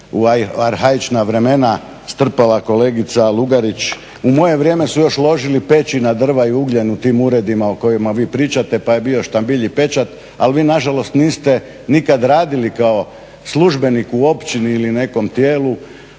u arhaična vremena strpala kolegica Lugarić. U moje vrijeme su još ložili peći na drva i ugljen u tim uredima o kojima vi pričate pa je bio štambilj i pečat, ali vi na žalost niste nikad radili kao službenik u općini ili nekom tijelu.